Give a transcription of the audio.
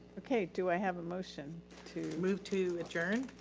okay, do i have a motion to? move to adjourn.